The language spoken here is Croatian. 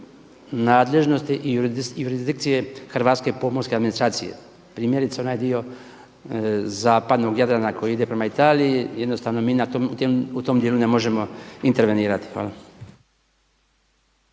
nadležnosti i jurisdikcije hrvatske pomorske administracije, primjerice onaj dio zapadnog Jadrana koji ide prema Italiji jednostavno mi u tom dijelu ne možemo intervenirati. Hvala.